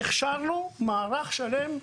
והכשנו מערך שלם.